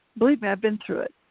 believe me, i've been through it.